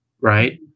right